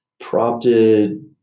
prompted